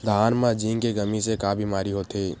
धान म जिंक के कमी से का बीमारी होथे?